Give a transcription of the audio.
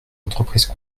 entreprises